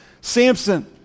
Samson